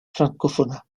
francófona